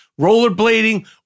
rollerblading